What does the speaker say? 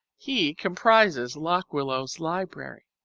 he comprises lock willow's library.